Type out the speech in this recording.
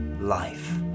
life